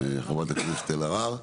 חברת הכנסת אלהרר.